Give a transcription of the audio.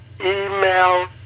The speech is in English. email